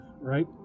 Right